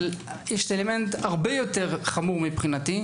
אבל יש אלמנט הרבה יותר חמור מבחינתי,